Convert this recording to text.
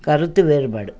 கருத்து வேறுபாடு